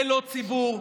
ללא ציבור,